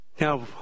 Now